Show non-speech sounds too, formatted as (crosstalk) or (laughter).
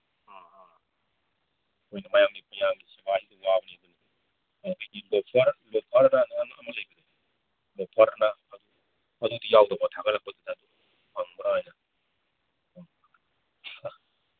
ꯑꯥ ꯑꯥ (unintelligible) ꯑꯗꯨꯗꯤ ꯌꯥꯎꯗꯕ ꯊꯥꯒꯠꯂꯛꯄꯗꯨꯗ ꯐꯪꯕ꯭ꯔꯥꯅ ꯑꯥ